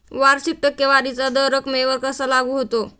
वार्षिक टक्केवारीचा दर रकमेवर कसा लागू होतो?